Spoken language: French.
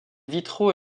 vitraux